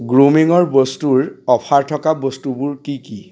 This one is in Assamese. গ্ৰুমিঙৰ বস্তুৰ অফাৰ থকা বস্তুবোৰ কি কি